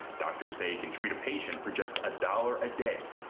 doctors say can treat a patient for just a dollar a day.